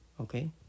okay